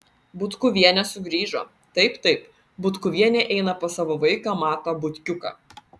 butkuvienė sugrįžo taip taip butkuvienė eina pas savo vaiką matą butkiuką